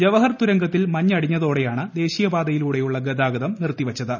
ജവഹർ തുരങ്കത്തിൽ മഞ്ഞ് അടിഞ്ഞതോടെയാണ് ദേശീയപാതയിലൂടെയുള്ള ഗതാഗതം നിർത്തിവച്ചത്